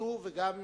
ייקלטו וגם ייושמו.